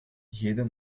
jeder